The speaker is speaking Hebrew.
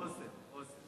את "אסם", "אסם".